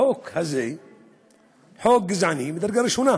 החוק הזה חוק גזעני מדרגה ראשונה,